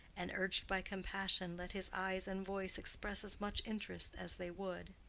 and urged by compassion let his eyes and voice express as much interest as they would.